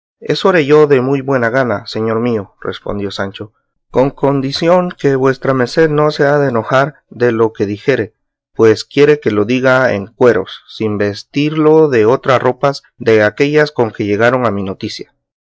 eso haré yo de muy buena gana señor mío respondió sancho con condición que vuestra merced no se ha de enojar de lo que dijere pues quiere que lo diga en cueros sin vestirlo de otras ropas de aquellas con que llegaron a mi noticia